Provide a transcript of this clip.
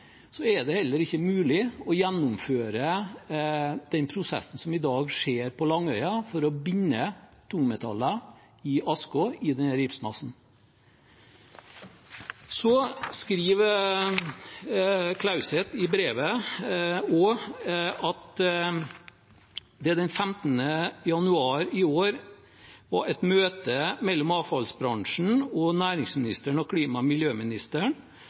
er det heller ikke mulig å gjennomføre den prosessen som i dag skjer på Langøya for å binde tungmetaller i asken i denne gipsmassen. Så skriver Klauset i brevet også at det den 15. januar var et møte mellom avfallsbransjen og næringsministeren og klima- og miljøministeren.